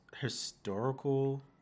historical